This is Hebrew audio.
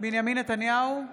בנימין נתניהו,